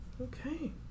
Okay